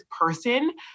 person